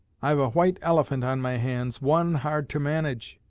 i've a white elephant on my hands, one hard to manage.